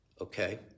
Okay